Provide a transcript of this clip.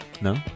No